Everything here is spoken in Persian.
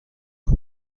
کار